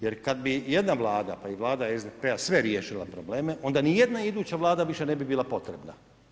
Jer kad bi jedna Vlada, pa i Vlada SDP-a sve riješila probleme, onda ni jedna iduća Vlada više ne bi bila potrebna.